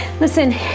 listen